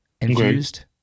infused